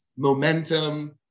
momentum